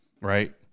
right